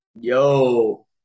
Yo